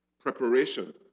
Preparation